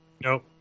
Nope